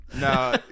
No